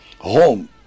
home